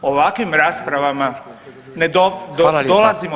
Ovakvim raspravama ne dolazimo